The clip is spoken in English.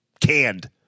canned